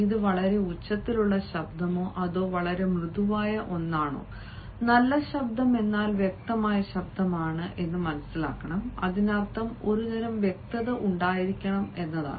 ഇത് വളരെ ഉച്ചത്തിലുള്ള ശബ്ദമാണോ അതോ വളരെ മൃദുവായ ഒന്നാണോ നല്ല ശബ്ദം എന്നാൽ വ്യക്തമായ ശബ്ദമാണെന്ന് നിങ്ങൾ മനസ്സിലാക്കണം അതിനർത്ഥം ഒരുതരം വ്യക്തത ഉണ്ടായിരിക്കണം എന്നാണ്